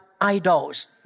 idols